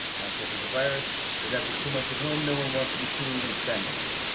not cause of the virus cause after two months at home, no one wants to be seen in spandex.